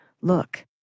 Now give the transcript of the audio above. Look